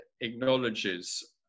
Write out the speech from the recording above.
acknowledges